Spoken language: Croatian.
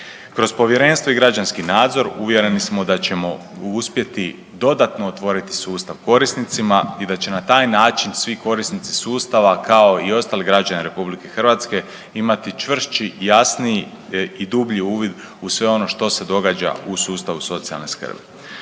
Kroz povjerenstvo i građanski nadzor uvjereni smo da ćemo uspjeti dodatno otvoriti sustav korisnicima i da će na taj način svi korisnici sustava kao i ostali građani RH imati čvršći, jasniji i dublji uvid u sve ono što se događa u sustavu socijalne skrbi.